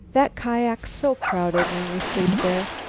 that kiak's so crowded when we sleep there.